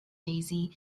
daisy